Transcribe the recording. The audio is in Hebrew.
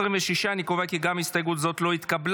26. אני קובע כי גם הסתייגות זו לא התקבלה.